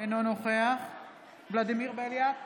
אינו נוכח ולדימיר בליאק,